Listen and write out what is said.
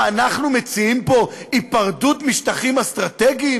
מה, אנחנו מציעים פה היפרדות משטחים אסטרטגיים?